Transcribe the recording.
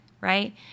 right